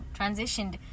transitioned